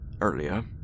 earlier